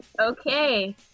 Okay